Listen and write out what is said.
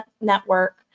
network